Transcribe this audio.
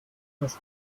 was